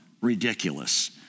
ridiculous